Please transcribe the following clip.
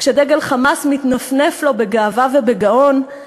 כשדגל "חמאס" מתנפנף לו בגאווה ובגאון.